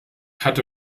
hatte